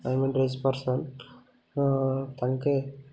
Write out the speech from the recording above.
I mean rich person ତାଙ୍କେ